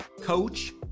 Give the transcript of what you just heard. coach